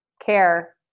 care